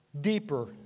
deeper